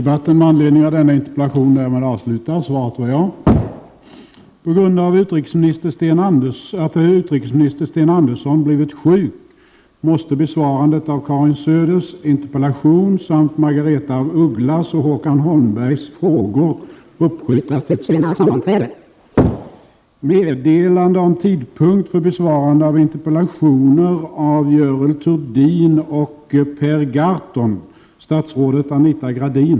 På grund av att utrikesminister Sten Andersson har blivit sjuk måste besvarandet av Karin Söders interpellation samt Margaretha af Ugglas och Håkan Holmbergs frågor uppskjutas till ett senare sammanträde.